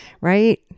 right